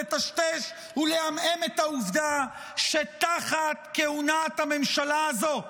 ולטשטש ולעמעם את העובדה שתחת כהונת הממשלה הזו,